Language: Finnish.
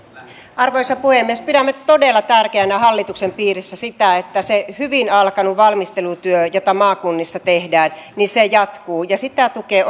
arvoisa puhemies pidämme todella tärkeänä hallituksen piirissä sitä että se hyvin alkanut valmistelutyö jota maakunnissa tehdään jatkuu sitä tukee